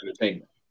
entertainment